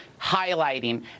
highlighting